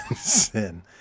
sin